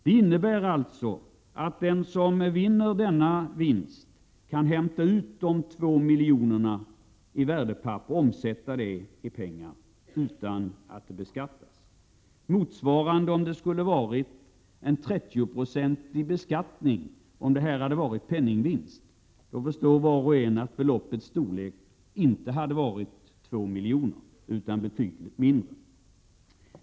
Det innebär alltså att den som får denna vinst kan hämta ut 2 miljoner i värdepapper och omsätta dem i pengar utan att de beskattas. Om det skulle ha varit 30 96 beskattning på en penningvinst förstår var och en att beloppets storlek inte hade varit 2 miljoner utan betydligt mindre.